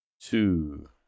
two